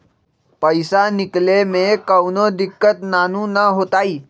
पईसा निकले में कउनो दिक़्क़त नानू न होताई?